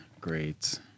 great